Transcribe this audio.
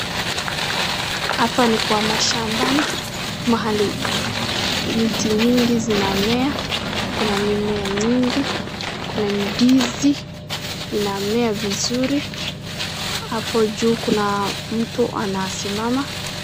Hapa ni kwa mashambani mahali miti nyingi zinamea kuna mimea nyingi kuna ndizi inamea vizuri hapo juu kuna mtu anasimama.